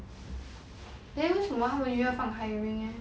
then 为什么他约放 hiring leh